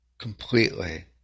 Completely